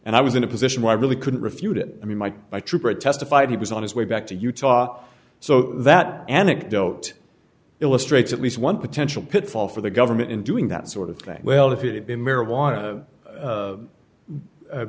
and i was in a position where i really couldn't refute it i mean might by trooper testified he was on his way back to utah so that anecdote illustrates at least one potential pitfall for the government in doing that sort of thing well if it had been marijuana